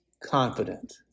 confident